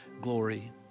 glory